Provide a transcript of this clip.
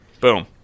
Boom